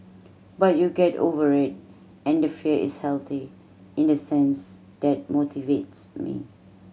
but you get over it and the fear is healthy in the sense that motivates me